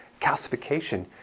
calcification